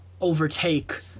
overtake